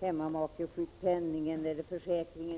hemmamakeförsäkring.